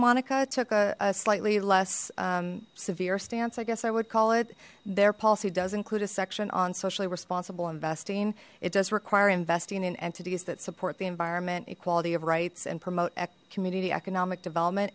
monica took a slightly less severe stance i guess i would call it their policy does include a section on socially responsible investing it does require investing in entities that support the environment equality of rights and promote community economic development